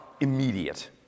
immediate